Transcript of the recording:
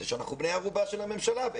שאנחנו בני ערובה של הממשלה.